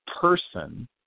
person